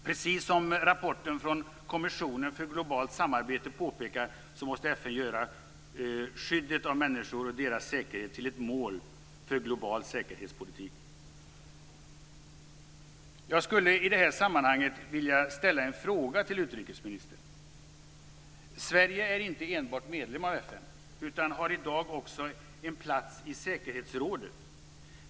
Precis som rapporten från kommissionen för globalt samarbete påpekar måste FN göra skyddet av människor och deras säkerhet till ett mål för global säkerhetspolitik. Sverige är inte enbart medlem av FN utan har i dag också en plats i säkerhetsrådet.